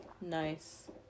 nice